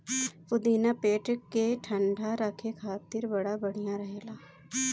पुदीना पेट के ठंडा राखे खातिर बड़ा बढ़िया रहेला